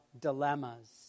dilemmas